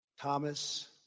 Thomas